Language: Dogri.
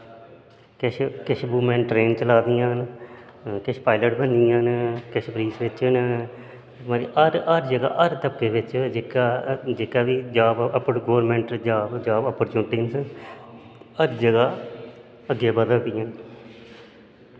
किश किश वुमेन ट्रेन चला दियां न किश पायलट बनी दियां न किश पुलिस बिच्च न हर हर जगह् हर तबके बिच्च जेहका जेह्का बी job government job job opportunity हर जगह् अग्गें बधा दियां